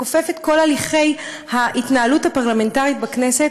מכופף את כל הליכי ההתנהלות הפרלמנטרית בכנסת,